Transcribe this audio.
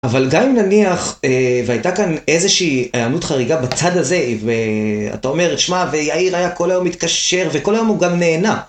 אבל גם אם נניח, והייתה כאן איזושהי הענות חריגה בצד הזה ואתה אומר, שמע, ויעאיר היה כל היום מתקשר וכל היום הוא גם נהנה.